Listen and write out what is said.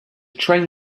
train